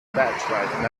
that